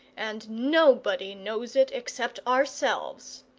and nobody knows it except ourselves!